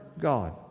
God